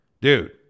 dude